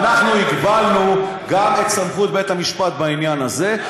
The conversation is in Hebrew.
אנחנו הגבלנו גם את סמכות בית-המשפט בעניין הזה.